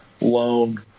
loan